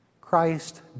Christ